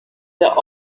der